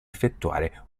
effettuare